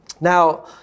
Now